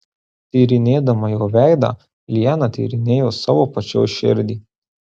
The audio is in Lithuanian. tyrinėdama jo veidą liana tyrinėjo savo pačios širdį